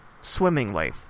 swimmingly